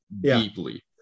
deeply